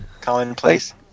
commonplace